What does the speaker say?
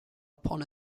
upon